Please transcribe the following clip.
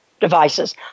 devices